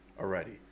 already